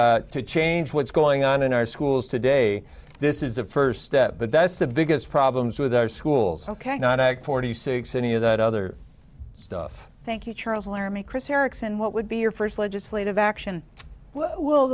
and to change what's going on in our schools today this is a first step but that's the biggest problems with our schools ok not act forty six any of that other stuff thank you charles laramie chris erickson what would be your first legislative action will